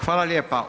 Hvala lijepa.